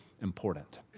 important